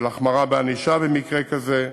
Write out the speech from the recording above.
של החמרה בענישה במקרה כזה,